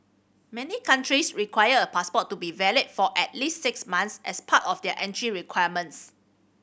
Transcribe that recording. many countries require a passport to be valid for at least six months as part of their entry requirements